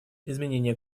изменение